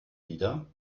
wieder